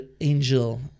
Angel